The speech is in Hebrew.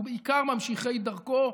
ובעיקר ממשיכי דרכו,